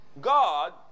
God